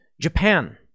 Japan